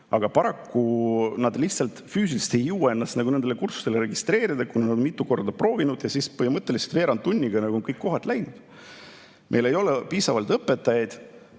Paraku nad lihtsalt füüsiliselt ei jõua ennast nendele kursustele registreerida, kuna nad on mitu korda proovinud ja siis põhimõtteliselt veerand tunniga on kõik kohad läinud. Meil ei ole piisavalt õpetajaid.